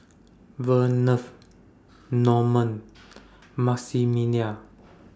Verner Norman Maximillian